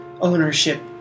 ownership